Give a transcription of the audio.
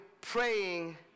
praying